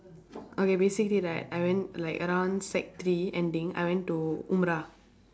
okay basically right I went like around sec three ending I went to umrah